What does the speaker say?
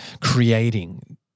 creating